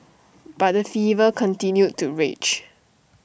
but the fever continued to rage